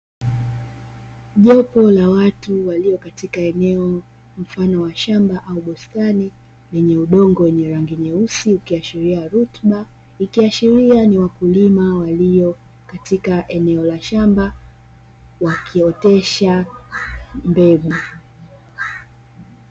Jopo la watu walio katika eneo mfano wa shamba au bustani, lenye udongo wenye rangi nyeusi ukiashiria rutuba, ikiashiria ni wakulima walio katika eneo la shamba, wakiotesha mbegu.